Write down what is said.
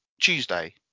Tuesday